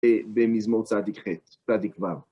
במזמור צדיק ח', צדיק ו'